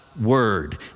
word